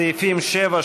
סעיפים 7,